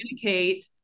communicate